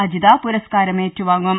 അജിത പുരസ്കാരം ഏറ്റുവാങ്ങും